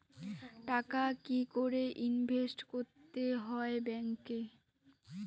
টাকা কি করে ইনভেস্ট করতে হয় ব্যাংক এ?